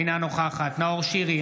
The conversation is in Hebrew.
אינה נוכחת נאור שירי,